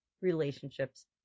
relationships